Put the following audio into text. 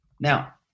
Now